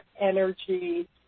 energy